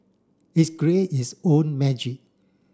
its create its own magic